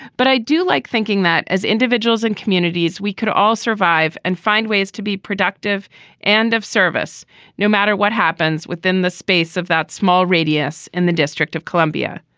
but i do like thinking that as individuals and communities we could all survive and find ways to be productive and of service no matter what happens within the space of that small radius in the district of columbia.